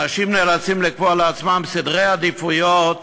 אנשים נאלצים לקבוע לעצמם סדרי עדיפויות